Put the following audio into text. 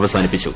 അവസാനിപ്പിച്ചു